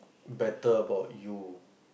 better about you